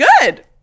Good